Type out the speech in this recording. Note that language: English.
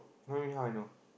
what do you mean how I know